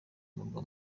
murwa